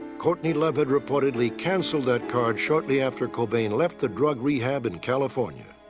courtney love had reportedly canceled that card shortly after cobain left the drug rehab in california.